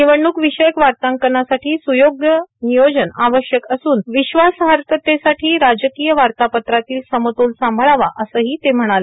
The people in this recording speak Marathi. निवडणूक विषयक वार्तांकनासाठी स्योग्य नियोजन आवश्यक असून विश्वासार्हतेसाठी राजकीय वार्तापत्रातील समतोल सांभाळावा असंही ते म्हणाले